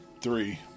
three